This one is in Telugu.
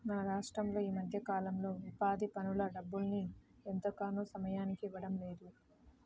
మన రాష్టంలో ఈ మధ్యకాలంలో ఉపాధి పనుల డబ్బుల్ని ఎందుకనో సమయానికి ఇవ్వడం లేదు